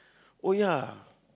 oh ya